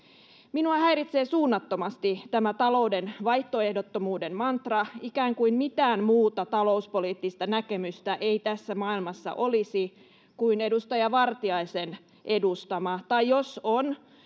minua häiritsee suunnattomasti tämä talouden vaihtoehdottomuuden mantra ikään kuin mitään muuta talouspoliittista näkemystä ei tässä maailmassa olisi kuin edustaja vartiaisen edustama tai jos on